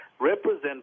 represent